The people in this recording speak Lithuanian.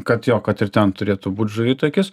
kad jo kad ir ten turėtų būt žuvitakis